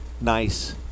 Nice